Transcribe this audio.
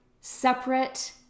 separate